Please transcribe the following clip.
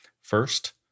First